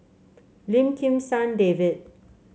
Lim Kim San David